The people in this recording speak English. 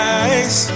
eyes